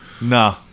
Nah